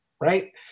right